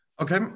Okay